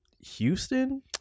Houston